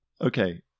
Okay